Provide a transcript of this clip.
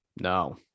No